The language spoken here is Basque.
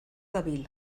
dabil